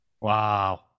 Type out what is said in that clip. Wow